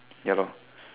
ya lor